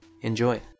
Enjoy